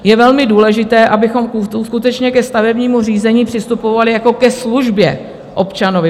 Je velmi důležité, abychom skutečně ke stavebnímu řízení přistupovali jako ke službě občanovi.